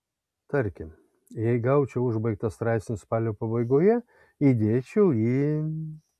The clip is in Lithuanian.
tarkim jei gaučiau užbaigtą straipsnį spalio pabaigoje įdėčiau į